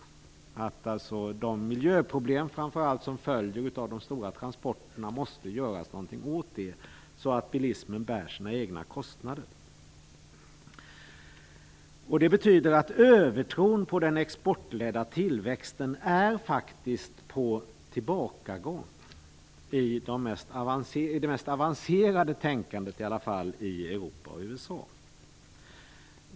Det måste göras något åt de miljöproblem som följer framför allt av de stora transporterna, så att bilismen bär sina egna kostnader. Det betyder att övertron på den exportledda tillväxten faktiskt är på tillbakagång - i alla fall i det mest avancerade tänkandet i Europa och USA.